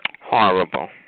Horrible